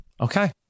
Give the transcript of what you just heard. Okay